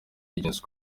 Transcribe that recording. legends